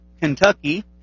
Kentucky